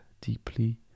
deeply